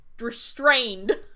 restrained